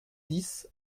dix